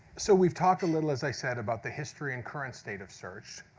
so we've talked a little, as i said, about the history and current state of search.